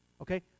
Okay